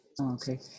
okay